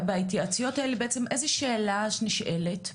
ובהתייעצויות האלה בעצם איזה שאלה נשאלת,